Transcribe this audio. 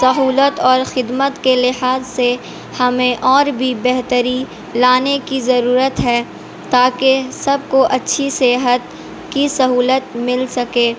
سہولت اور خدمت کے لحاظ سے ہمیں اور بھی بہتری لانے کی ضرورت ہے تاکہ سب کو اچھی صحت کی سہولت مل سکے